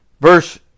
Verse